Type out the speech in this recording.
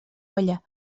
olla